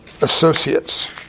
associates